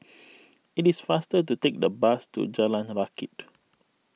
it is faster to take the bus to Jalan Rakit